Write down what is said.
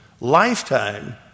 Lifetime